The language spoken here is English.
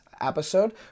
episode